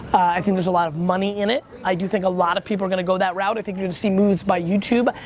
i think there's a lot of money in it. i do think a lot of people are gonna go that route. i think you're gonna see moves by youtube,